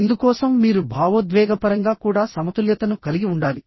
ఇందుకోసం మీరు భావోద్వేగపరంగా కూడా సమతుల్యతను కలిగి ఉండాలి